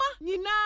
Nina